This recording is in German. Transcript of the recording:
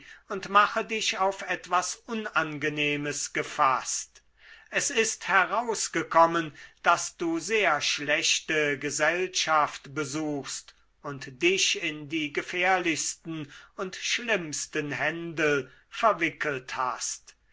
und mache dich auf etwas unangenehmes gefaßt es ist herausgekommen daß du sehr schlechte gesellschaft besuchst und dich in die gefährlichsten und schlimmsten händel verwickelt hast